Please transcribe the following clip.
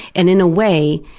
and in a way,